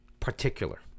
Particular